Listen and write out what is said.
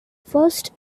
first